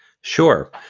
Sure